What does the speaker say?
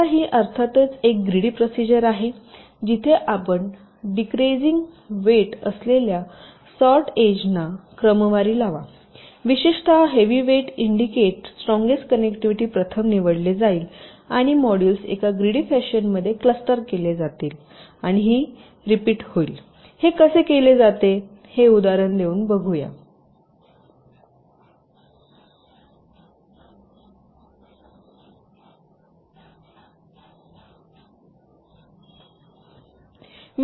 आता ही अर्थातच एक ग्रिडी प्रोसिजर आहे जिथे आपण डिकरेजिंग वेट असलेल्या सॉर्ट एज ना क्रमवारी लावा विशेषत heavy weight indicate strongest connectivity प्रथम निवडले जाईल आणि मॉड्यूल्स एक ग्रिडी फॅशनमध्ये क्लस्टर केले जातील आणि ही रिपीट होईल हे कसे केले जाते हे उदाहरण देऊन दाखवा